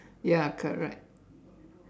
ya correct